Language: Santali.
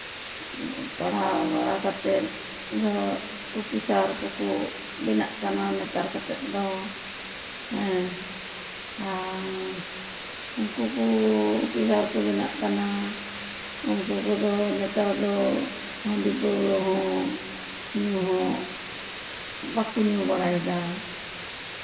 ᱯᱟᱲᱦᱟᱣ ᱵᱟᱲᱟ ᱠᱟᱛᱮᱫ ᱟᱫᱚ ᱚᱯᱷᱤᱥᱟᱨ ᱠᱚᱠᱚ ᱵᱮᱱᱟᱜ ᱠᱟᱱᱟ ᱱᱮᱛᱟᱨ ᱠᱟᱛᱮᱫ ᱫᱚ ᱦᱮᱸ ᱟᱨ ᱩᱱᱠᱩ ᱠᱚ ᱚᱯᱷᱤᱥᱟᱨ ᱠᱚ ᱵᱮᱱᱟᱜ ᱠᱟᱱᱟ ᱩᱱᱠᱩ ᱠᱚᱫᱚ ᱱᱮᱛᱟᱨ ᱫᱚ ᱦᱟᱺᱰᱤ ᱯᱟᱹᱣᱨᱟᱹ ᱦᱚᱸ ᱧᱩ ᱦᱚᱸ ᱵᱟᱠᱚ ᱧᱩ ᱵᱟᱲᱟᱭᱮᱫᱟ